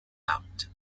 out